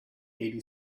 eighty